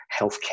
healthcare